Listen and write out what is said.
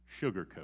sugarcoat